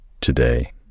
today